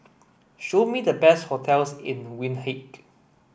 show me the best hotels in Windhoek